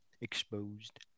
Exposed